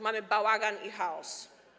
Mamy bałagan i chaos.